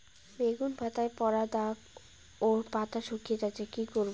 বেগুন পাতায় পড়া দাগ ও পাতা শুকিয়ে যাচ্ছে কি করব?